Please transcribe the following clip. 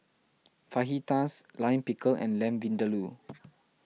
Fajitas Lime Pickle and Lamb Vindaloo